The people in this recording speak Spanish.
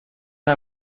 una